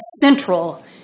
central